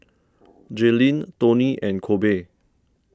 Jalyn Toney and Kobe